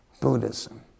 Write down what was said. Buddhism